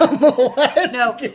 No